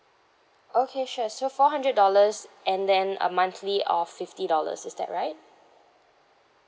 okay sure so four hundred dollars and then uh monthly of fifty dollars is that right